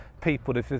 people